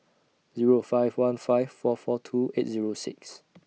Zero five one five four four two eight Zero six